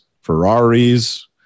Ferraris